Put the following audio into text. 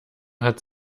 hat